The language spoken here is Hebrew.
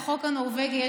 החוק הנורבגי,